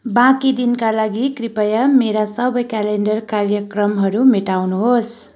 बाँकी दिनका लागि कृपया मेरा सबै क्यालेन्डर कार्यक्रमहरू मेटाउनुहोस्